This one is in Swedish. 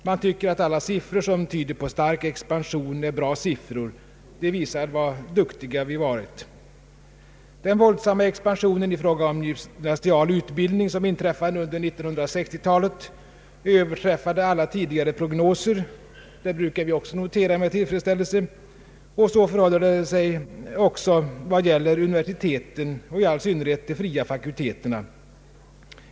Man tyc ker att alla siffror som tyder på stark expansion är bra och visar hur duktiga vi varit. Den våldsamma expansion i fråga om gymnasial utbildning som inträffade under 1960-talet överträffade alla tidigare prognoser — det brukar vi notera med tillfredsställelse. Så förhåller det sig också vad gäller universiteten och i all synnerhet de fria fakulteterna.